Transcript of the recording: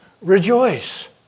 Rejoice